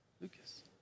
Lucas